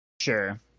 Sure